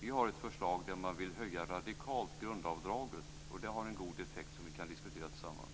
Vi har ett förslag till en radikal höjning av grundavdraget. Det har en god effekt, som vi kan diskutera tillsammans.